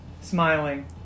smiling